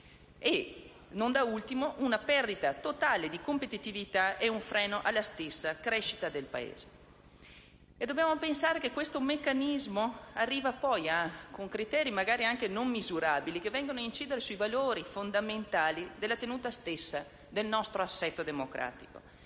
e, non da ultimo, una perdita totale di competitività e un freno alla stessa crescita del Paese. E dobbiamo pensare che questo meccanismo arriva con criteri magari non misurabili, che vengono ad incidere sui valori fondamentali della tenuta stessa del nostro assetto democratico.